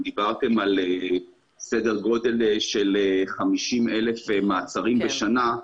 דיברתם על סדר גודל של 50,000 מעצרים בשנה.